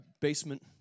basement